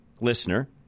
listener